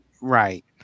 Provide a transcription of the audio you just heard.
Right